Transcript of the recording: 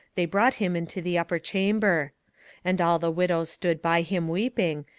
they brought him into the upper chamber and all the widows stood by him weeping,